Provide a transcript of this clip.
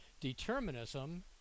Determinism